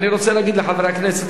אני רוצה להגיד לחברי הכנסת,